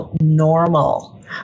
normal